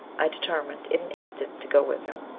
i determined in an instant to go with him.